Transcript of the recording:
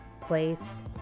place